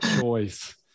choice